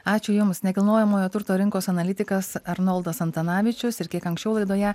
ačiū jums nekilnojamojo turto rinkos analitikas arnoldas antanavičius ir kiek anksčiau laidoje